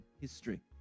history